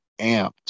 amped